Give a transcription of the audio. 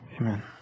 Amen